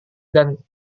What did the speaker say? dan